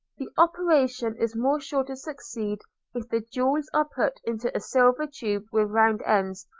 the operation is more sure to succeed if the jewels are put into a silver tube with rounded ends,